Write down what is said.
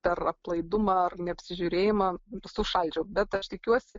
per aplaidumą ar neapsižiūrėjimą sušaldžiau bet aš tikiuosi